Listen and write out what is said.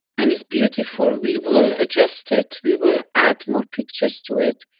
and it's beautiful, we will adjust it, we will add more pictures to it,